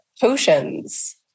Potions